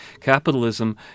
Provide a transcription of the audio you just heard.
Capitalism